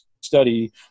study